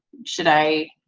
should i,